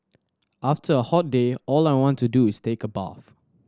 after a hot day all I want to do is take a bath